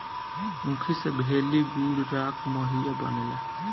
ऊखी से भेली, गुड़, राब, माहिया बनेला